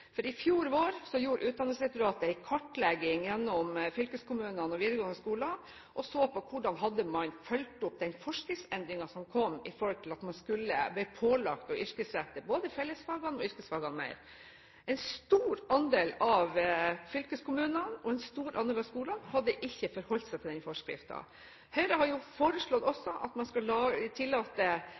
I fjor vår gjorde Utdanningsdirektoratet en kartlegging gjennom fylkeskommunene og de videregående skolene. Man så på hvordan man hadde fulgt opp den forskriftsendringen som kom, der man ble pålagt å yrkesrette både fellesfagene og yrkesfagene mer. En stor andel av fylkeskommunene og en stor andel av skolene hadde ikke forholdt seg til denne forskriften. Høyre har også foreslått at man skal tillate lokalt gitte eksamener i den andre enden, fordi det